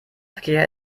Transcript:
verkehr